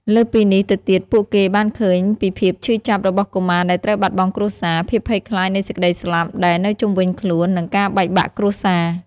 លើសពីនេះទៅទៀតពួកគេបានឃើញពីភាពឈឺចាប់របស់កុមារដែលត្រូវបាត់បង់គ្រួសារ ភាពភ័យខ្លាចនៃសេចក្ដីស្លាប់ដែលនៅជុំវិញខ្លួន និងការបែកបាក់គ្រួសារ។